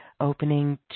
opening